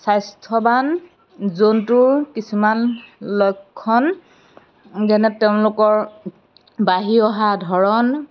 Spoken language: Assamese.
স্বাস্থ্যবান জন্তুৰ কিছুমান লক্ষণ যেনে তেওঁলোকৰ বাঢ়ি অহা ধৰণ